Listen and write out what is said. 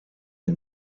een